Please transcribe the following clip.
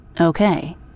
Okay